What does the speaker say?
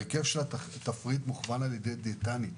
הרכב התפריט מוכוון על ידי דיאטנית.